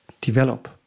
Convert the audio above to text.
develop